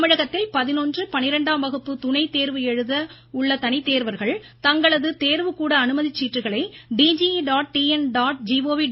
தமிழகத்தில் பதினொன்று பனிரெண்டாம் வகுப்பு துணைத்தேர்வு எழுத உள்ள தனித்தோ்வா்கள் தங்களது தோ்வுக்கூட அனுமதிச் சீட்டுகளை னபந